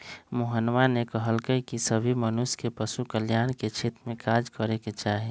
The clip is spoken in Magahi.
मोहना ने कहल कई की सभी मनुष्य के पशु कल्याण के क्षेत्र में कार्य करे के चाहि